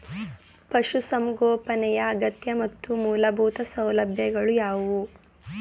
ಪಶುಸಂಗೋಪನೆಯ ಅಗತ್ಯ ಮತ್ತು ಮೂಲಭೂತ ಸೌಲಭ್ಯಗಳು ಯಾವುವು?